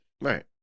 Right